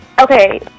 okay